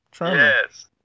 Yes